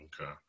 Okay